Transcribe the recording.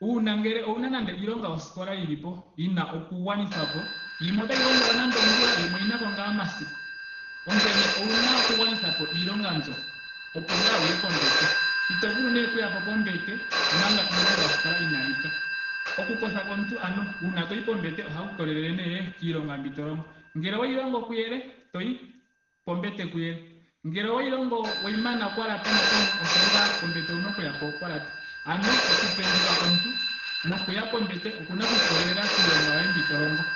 Uuna ngele ouna nando iilonga yoskola yilipo yina oku gwanithapo yimwe otayi gongelwa nando ongula. yimwe oyina ko ngaa omasiku. onkene ouna oku gwanithapo iilonga mbyoopo ngaa wuy pombete. Ito vulu nee okuyapo pombete omanga iilonga yoskola inaayi pwa. Oku kotha komuntu ano. uuna toyi pombete ohaku ikolelele nee kiilonga mbi to longo. Ngele oweyi longo kuyele toyi pombete kuyele. Ngele oweyi longo kwa laata natango osho ngaa pombete owuna okuyapo kwa laata. Ano oku penduka komuntu nokuya pombete okuna okwiikolelela kiilonga yoye mbi to longo.